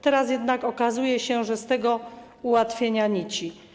Teraz jednak okazuje się, że z tego ułatwienia nici.